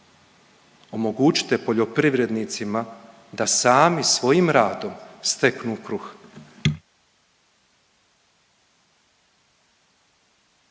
Omogućite poljoprivrednicima da sami svojim radom steknu kruh.